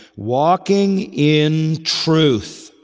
walking in truth.